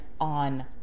on